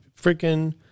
Freaking